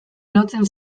lotzen